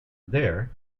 there